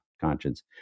conscience